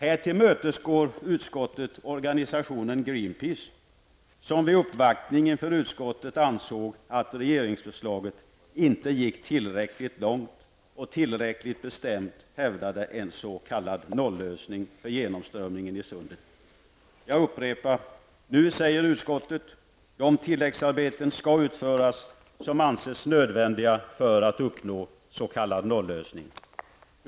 Här tillmötesgår utskottet organisationen Greenpeace, som vid uppvaktning inför utskottet ansåg att regeringsförslaget inte gick tillräckligt långt och tillräckligt bestämt hävdade en s.k. noll-lösning för genomströmningen i sundet. Jag upprepar att utskottet nu säger att de tilläggsarbeten som anses nödvändiga för att uppnå en s.k. noll-lösning skall utföras.